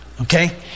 Okay